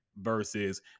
versus